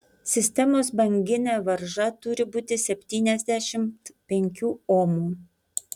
sistemos banginė varža turi būti septyniasdešimt penkių omų